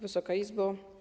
Wysoka Izbo!